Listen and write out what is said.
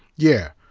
yeah.